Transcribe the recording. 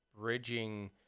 Bridging